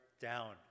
down